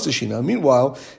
meanwhile